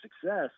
success